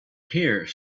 here